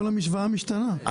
כל המשוואה משתנה,